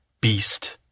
beast